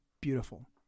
beautiful